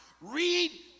read